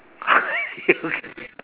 you